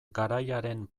garaiaren